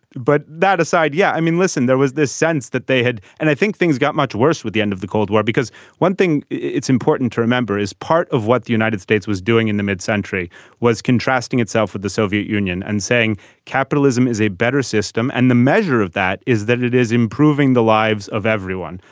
but that aside yeah. i mean listen there was this sense that they had and i think things got much worse with the end of the cold war because one thing it's important to remember is part of what the united states was doing in the mid century was contrasting itself with the soviet union and saying capitalism is a better system. and the measure of that is that it is improving the lives of everyone.